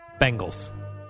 Bengals